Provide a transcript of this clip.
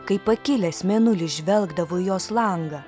kai pakilęs mėnulis žvelgdavo į jos langą